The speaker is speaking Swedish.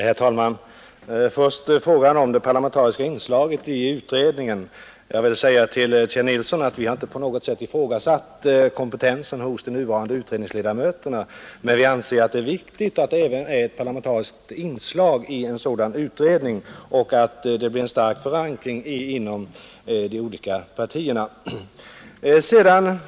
Herr talman! Först frågan om det parlamentariska inslaget i utredningen. Jag vill säga till herr Kjell Nilsson att vi inte på något sätt ifrågasatt kompetensen hos de nuvarande utredningsledamöterna. Men vi anser att det är viktigt att en sådan utredning i någon mån har en parlamentarisk sammansättning så att resultatet får en stark förankring inom de olika partierna.